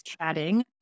chatting